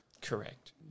Correct